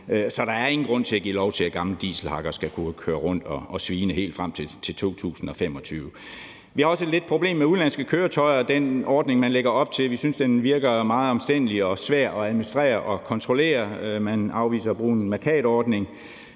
så der er ingen grund til at give lov til, at gamle dieselhakkere skal kunne køre rundt og svine helt frem til 2025. Vi har også lidt et problem med udenlandske køretøjer, og den ordning, man lægger op til, synes vi virker meget omstændelig og svær at administrere og kontrollere. Man afviser at bruge en mærkatordning,